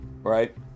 Right